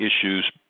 issues